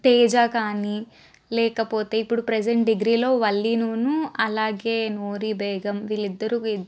తేజ గాని లేకపోతే ఇప్పుడు ప్రజెంట్ డిగ్రీలో వల్లినూను అలాగే నూరిబేగం వీళ్లిద్దరు